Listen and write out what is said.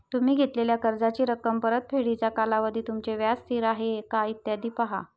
तुम्ही घेतलेल्या कर्जाची रक्कम, परतफेडीचा कालावधी, तुमचे व्याज स्थिर आहे का, इत्यादी पहा